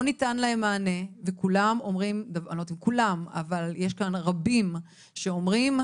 לא ניתן להן מענה ויש כאן רבים שאומרים